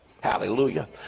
Hallelujah